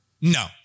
No